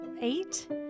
eight